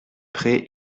pré